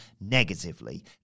negatively